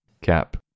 Cap